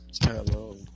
Hello